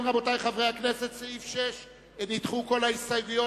הסתייגות שנייה, בסעיף 98ב(ג)(2)